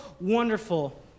wonderful